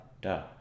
Duh